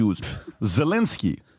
Zelensky